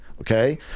Okay